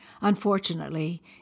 Unfortunately